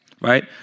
Right